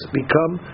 become